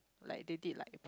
like they did like